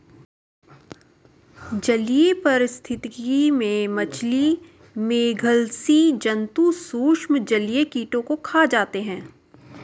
जलीय पारिस्थितिकी में मछली, मेधल स्सि जन्तु सूक्ष्म जलीय कीटों को खा जाते हैं